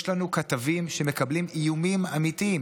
יש לנו כתבים שמקבלים איומים אמיתיים,